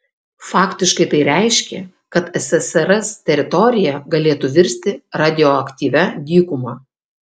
faktiškai tai reiškė kad ssrs teritorija galėtų virsti radioaktyvia dykuma